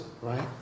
right